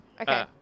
Okay